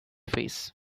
face